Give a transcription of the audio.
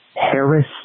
Harris